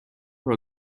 for